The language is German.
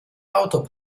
auto